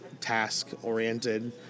task-oriented